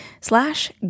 slash